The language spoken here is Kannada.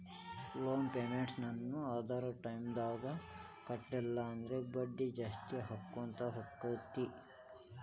ಲೊನ್ ಪೆಮೆನ್ಟ್ ನ್ನ ಅದರ್ ಟೈಮ್ದಾಗ್ ಕಟ್ಲಿಲ್ಲಂದ್ರ ಬಡ್ಡಿ ಜಾಸ್ತಿಅಕ್ಕೊತ್ ಹೊಕ್ಕೇತಿ